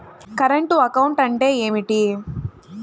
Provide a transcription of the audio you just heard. Current account అంటే ఏమిటి?